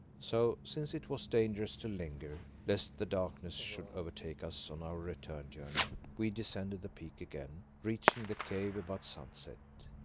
so, since it was dangerous to linger, lest the darkness should overtake us on our return journey, we descended the peak again, reaching the cave about sunset.